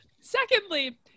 Secondly